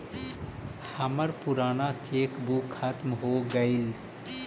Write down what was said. हमर पूराना cheque book खत्म हो गईल